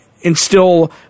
instill